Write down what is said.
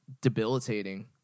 debilitating